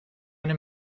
eine